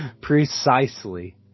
Precisely